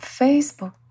Facebook